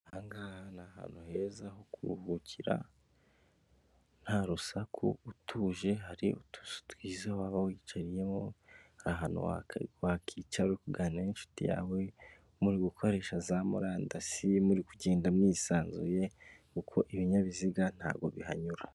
Aha ngaha ni ahantu heza ho kuruhukira, nta rusaku utuje, hari utuzu twiza waba wiyicariyemo, ni ahantu wakicara uri kugananira n'inshuti yawe muri gukoresha za murandasi, muri kugenda mwisanzuye kuko ibinyabiziga ntabwo bihanyura.